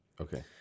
Okay